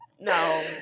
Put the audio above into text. No